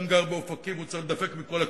גר באופקים צריך להידפק מכל הכיוונים.